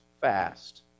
fast